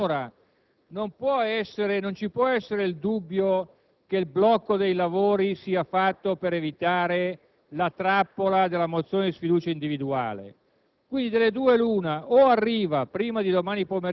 perché tutti siamo capaci di fare i conti. Pertanto, vi può essere il dubbio che il blocco dei lavori sia stabilito al fine di evitare la trappola della mozione di sfiducia individuale.